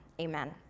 Amen